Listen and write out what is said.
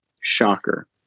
Shocker